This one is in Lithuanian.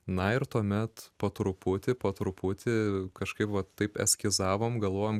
na ir tuomet po truputį po truputį kažkaip va taip eskizavom galvojom